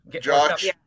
Josh